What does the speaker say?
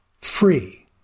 Free